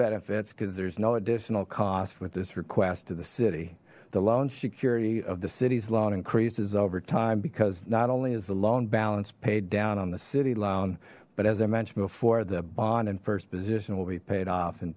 benefits because there's no additional cost with this request to the city the loan security of the city's loan increases over time because not only is the loan balance paid down on the city loan but as i mentioned before the bond and first position will be paid of